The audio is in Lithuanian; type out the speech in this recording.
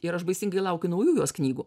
ir aš baisingai laukiu naujų jos knygų